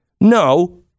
No